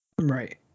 Right